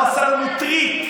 יעני, הוא עשה לנו טריק.